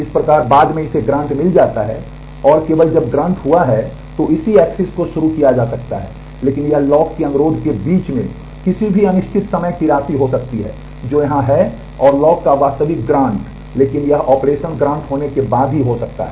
इस प्रकार बाद में इसे ग्रांट मिल जाता है और केवल जब ग्रांट होने के बाद ही हो सकता है